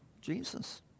Jesus